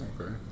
Okay